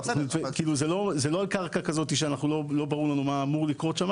זה לא על קרקע שאנחנו לא יודעים מה אמור לקרות בה,